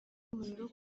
n’umuriro